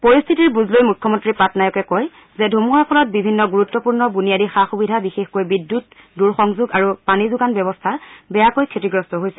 পৰিস্থিতিৰ বুজ লৈ মুখ্যমন্ত্ৰী পাটনায়কে কয় যে ধুমুহাৰ ফলত বিভিন্ন গুৰুত্বপূৰ্ণ বুনিয়াদি সা সুবিধা বিশেষকৈ বিদ্যুৎ দূৰ সংযোগ আৰু পানী যোগান ব্যৱস্থা বেয়াকৈ ক্ষতিগ্ৰস্ত হৈছে